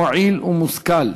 מועיל ומושכל.